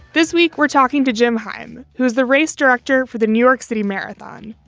this week, we're talking to jim heim, who's the race director for the new york city marathon.